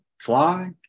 fly